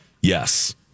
Yes